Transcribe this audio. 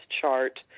chart